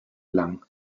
lang